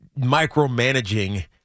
micromanaging